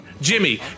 Jimmy